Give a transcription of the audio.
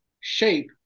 shape